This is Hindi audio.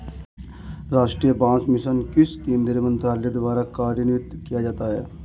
राष्ट्रीय बांस मिशन किस केंद्रीय मंत्रालय द्वारा कार्यान्वित किया जाता है?